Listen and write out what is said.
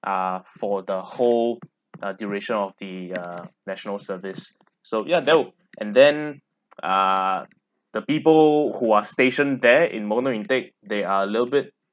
ah for the whole a duration of the uh national service so ya there'll and then ah the people who are station there in mono intake they are a little bit